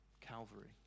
Calvary